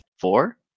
four